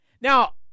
Now